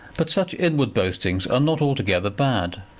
but such inward boastings are not altogether bad.